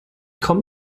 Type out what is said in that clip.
kommt